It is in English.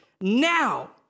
now